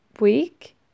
week